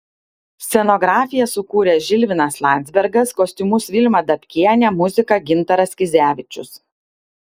scenografiją sukūrė žilvinas landzbergas kostiumus vilma dabkienė muziką gintaras kizevičius